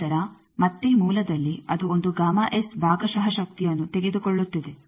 ನಂತರ ಮತ್ತೆ ಮೂಲದಲ್ಲಿ ಅದು ಒಂದು ಭಾಗಶಃ ಶಕ್ತಿಯನ್ನು ತೆಗೆದುಕೊಳ್ಳುತ್ತಿದೆ